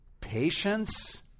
patience